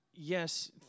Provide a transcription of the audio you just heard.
Yes